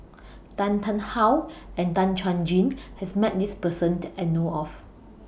Tan Tarn How and Tan Chuan Jin has Met This Person that I know of